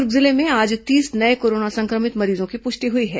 दुर्ग जिले में आज तीस नये कोरोना संक्रमित मरीजों की पुष्टि हुई है